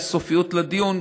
יש סופיות לדיון.